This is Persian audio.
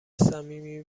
صمیمی